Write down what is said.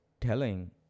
telling